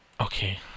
Okay